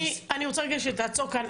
אני רוצה רגע שתעצור כאן.